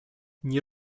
nie